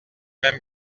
même